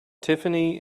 tiffany